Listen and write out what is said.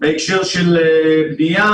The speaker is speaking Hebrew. בהקשר של בנייה,